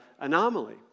anomaly